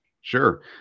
Sure